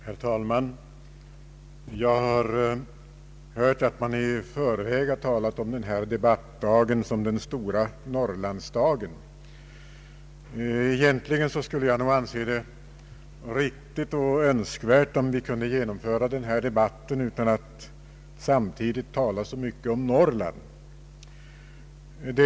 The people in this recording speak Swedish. Herr talman! Jag har hört att man i förväg har talat om denna debattdag som den stora Norrlandsdagen. Egentligen skulle jag anse det riktigt och önskvärt om vi kunde genomföra den na debatt utan att samtidigt tala så mycket om Norrland.